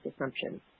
assumptions